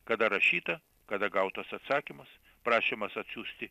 kada rašyta kada gautas atsakymas prašymas atsiųsti